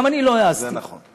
גם אני לא העזתי, זה הכול.